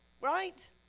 Right